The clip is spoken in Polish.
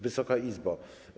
Wysoka Izbo!